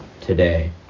today